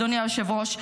אדוני היושב-ראש,